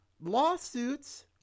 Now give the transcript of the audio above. lawsuits